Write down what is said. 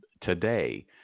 today